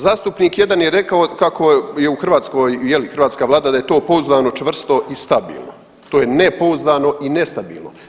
Zastupnik jedan je rekao kako je u Hrvatskoj je li hrvatska Vlada da je to pouzdano, čvrsto i stabilno, to je ne pouzdano i nestabilno.